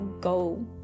go